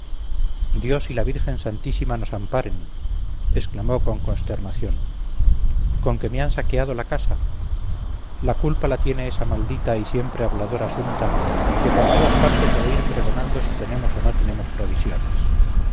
dios y la virgen santísima nos amparen exclamó con consternación con que me han saqueado la casa la culpa la tiene esa maldita y siempre habladora sumta que por todas partes ha de ir pregonando si tenemos o no tenemos provisiones